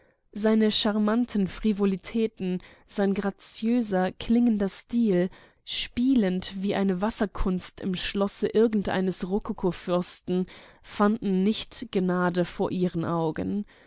seine charmanten frivolitäten sein graziöser klingender stil spielend wie eine wasserkunst im schlosse irgendeines rokokofürsten fanden nicht gnade vor ihren augen